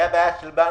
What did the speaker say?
כשהייתה בעיה עם הבנק,